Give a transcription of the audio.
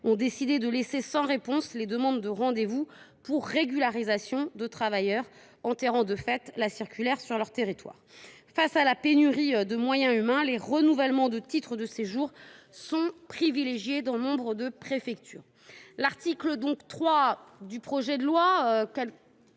ont décidé de laisser sans réponse les demandes de rendez vous pour régularisation de travailleurs, enterrant de fait la circulaire sur leur territoire. Face à la pénurie de moyens humains, les renouvellements de titres de séjour sont en effet privilégiés dans de nombreuses préfectures. L’article 3 du projet de loi,